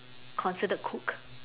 considered cook